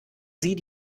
sie